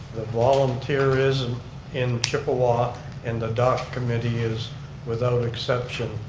volunteerism in chippewa and the dock committee is without an exception